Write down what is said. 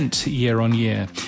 year-on-year